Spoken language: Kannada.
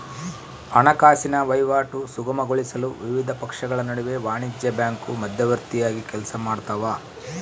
ಹಣಕಾಸಿನ ವಹಿವಾಟು ಸುಗಮಗೊಳಿಸಲು ವಿವಿಧ ಪಕ್ಷಗಳ ನಡುವೆ ವಾಣಿಜ್ಯ ಬ್ಯಾಂಕು ಮಧ್ಯವರ್ತಿಯಾಗಿ ಕೆಲಸಮಾಡ್ತವ